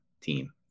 team